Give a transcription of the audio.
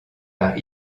par